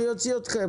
אני אוציא אתכם.